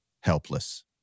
helpless